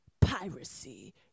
piracy